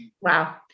Wow